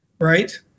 right